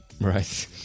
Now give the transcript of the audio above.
Right